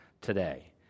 today